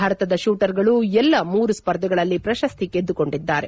ಭಾರತದ ಪೂಟರ್ಗಳು ಎಲ್ಲಾ ಮೂರು ಸ್ಪರ್ಧೆಗಳಲ್ಲಿ ಪ್ರಶಸ್ತಿ ಗೆದ್ದುಕೊಂಡಿದ್ದಾರೆ